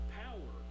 power